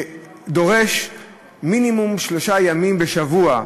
והיא דורשת מינימום שלושה ימים בשבוע,